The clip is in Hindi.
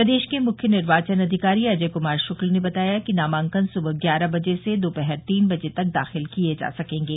प्रदेश के मुख्य निर्वाचन अधिकारी अजय कुमार शुक्ल ने बताया कि नामांकन सुबह ग्यारह बजे से दोपहर तीन बजे तक दाखिल किये जा सकेंगे